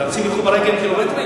אנשים ילכו ברגל קילומטרים?